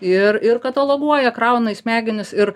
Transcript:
ir ir kataloguoja krauna į smegenis ir